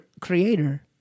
creator